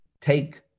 take